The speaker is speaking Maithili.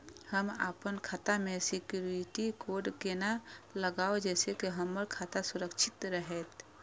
हम अपन खाता में सिक्युरिटी कोड केना लगाव जैसे के हमर खाता सुरक्षित रहैत?